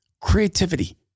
Creativity